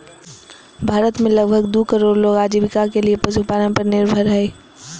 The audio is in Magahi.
भारत में लगभग दू करोड़ लोग आजीविका के लिये पशुपालन पर निर्भर हइ